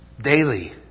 daily